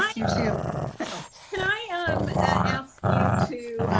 like you too. can i um ask you to,